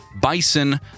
bison